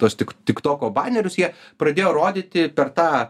tuos tik tiktoko banerius jie pradėjo rodyti per tą